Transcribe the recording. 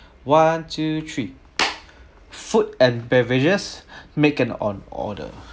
one two three food and beverages make an on order